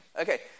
Okay